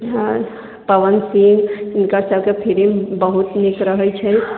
पवन सिंह हिनकरसभके फिल्म बहुत नीक रहै छै